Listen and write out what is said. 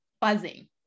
buzzing